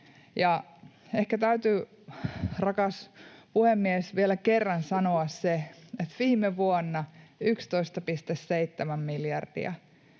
Ehkä täytyy, rakas puhemies, vielä kerran sanoa se, että viime vuonna kului 11,7 miljardia